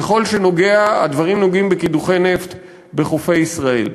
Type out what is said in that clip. ככל שהדברים נוגעים בקידוחי נפט בחופי ישראל.